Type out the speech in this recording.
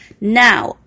now